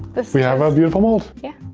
this we'll have our beautiful mold. yeah.